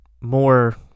more